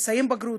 לסיים בגרות,